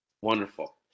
Wonderful